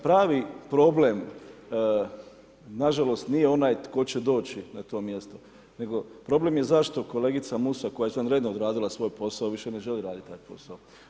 Pravi problem nažalost nije onaj tko će doći na to mjesto nego problem je zašto kolegica Musa koja je izvanredno odradila svoj posao, više ne želi raditi taj posao.